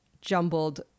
jumbled